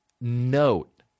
note